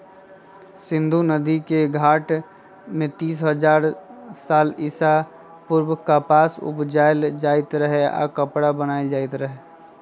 सिंधु नदिके घाट में तीन हजार साल ईसा पूर्व कपास उपजायल जाइत रहै आऽ कपरा बनाएल जाइत रहै